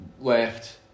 left